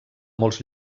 molts